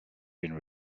been